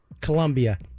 Colombia